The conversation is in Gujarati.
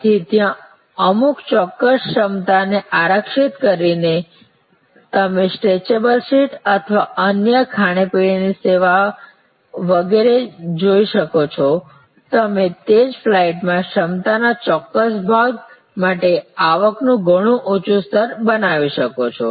તેથી ત્યાં અમુક ચોક્કસ ક્ષમતાને આરક્ષિત કરીને તમે સ્ટ્રેચેબલ સીટ અને અન્ય ખાણી પીણીની સેવા વગેરે જોઈ શકો છો તમે તે જ ફ્લાઇટમાં ક્ષમતાના ચોક્કસ ભાગ માટે આવકનું ઘણું ઊંચું સ્તર બનાવી શકો છો